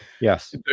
Yes